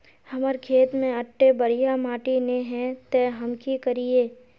हमर खेत में अत्ते बढ़िया माटी ने है ते हम की करिए?